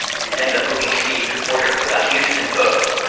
and then the police beat reporter for the houston post.